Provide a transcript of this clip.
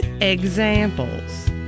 Examples